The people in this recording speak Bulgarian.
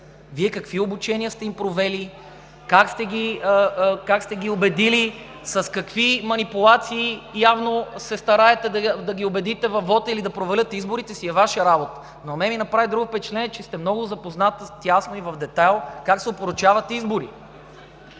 Вие какви обучения сте им провели, как сте ги убедили, с какви манипулации, явно, се стараете да ги убедите във вота или да провалят изборите си, е Ваша работа. На мен обаче ми направи друго впечатление, че сте много запозната тясно и в детайл, как се опорочават избори.